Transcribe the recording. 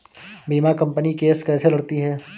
बीमा company case कैसे लड़ती है?